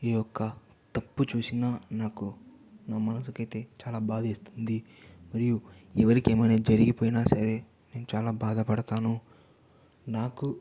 ఈ యొక్క తప్పు చూసినా నాకు నా మనసుకైతే చాలా బాధ వేస్తుంది మరియు ఎవరికి ఏమైనా జరిగిపోయిన సరే నేను చాలా బాధపడతాను నాకు